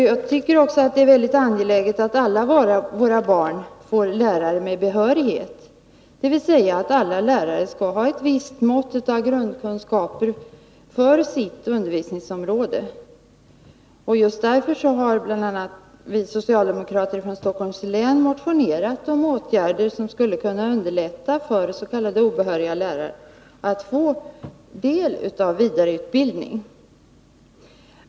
Jag tycker också att det är mycket angeläget att alla våra barn får lärare med behörighet, dvs. att alla lärare skall ha ett visst mått av grundkunskaper inom sitt undervisningsområde. Just därför har bl.a. vi socialdemokrater i Stockholms län motionerat om åtgärder som skulle kunna underlätta för s.k. obehöriga lärare att få del av vidareutbildning.